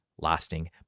Lasting